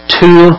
two